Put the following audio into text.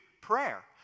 prayer